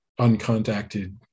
uncontacted